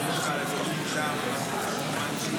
הסתייגות 9 לא נתקבלה.